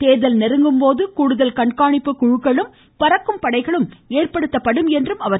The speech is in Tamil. தேர்தல் நெருங்கும்போது கூடுதல் கண்காணிப்பு குழுக்களும் பறக்கும் படைகளும் ஏற்படுத்தப்படும் என்றார் அவர்